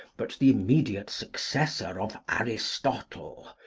but the immediate successor of aristotle,